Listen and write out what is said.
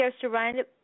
surrounded